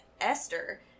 Esther